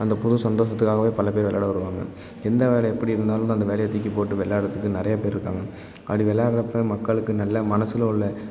அந்த புது சந்தோஷத்துக்காகவே பல பேர் விள்ளாட வருவாங்க எந்த வேலை எப்படி இருந்தாலும் அந்த வேலையை தூக்கிப் போட்டு விள்ளாட்றத்துக்கு நிறையாப் பேர் இருக்காங்க அப்படி விள்ளாட்றப்ப மக்களுக்கு நல்ல மனசில் உள்ள